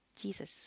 Jesus